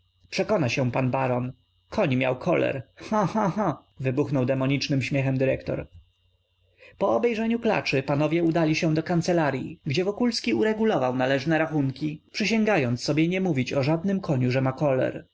przekona się pan baron koń miał koler ha ha ha wybuchnął demonicznym śmiechem dyrektor po obejrzeniu klaczy panowie udali się do kancelaryi gdzie wokulski uregulował należne rachunki przysięgając sobie nie mówić o żadnym koniu że ma koler